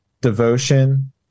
devotion